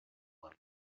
one